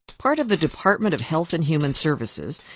part of the department of health and human services,